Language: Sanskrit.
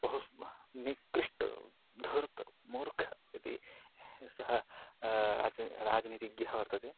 बहु निकृष्टः धूर्तः मूर्खः इति सः राज्यं राजनीतिज्ञः वर्तते